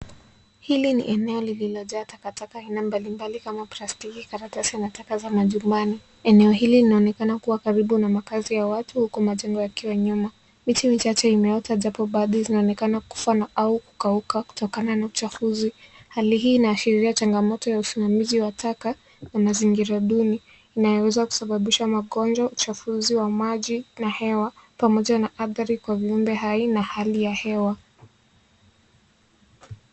Hili ni eneo lililojaa takataka aina mbali mbali kama plastiki karatasi na taka za majumbani, eneo hili linaonekana kuwa karibu na makazi ya watu huko majengo yakiwa nyuma, miti michache imeota japo bado zinaonekana kufa na au kukauka kutokana na uchafuzi hali hii inaashiria changamoto ya usimamizi wa taka na mazingira duni inayoweza kusababisha magonjwa, uchafuzi wa maji na hewa pamoja na athari kwa viumbe haina hali ya hewa.